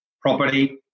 property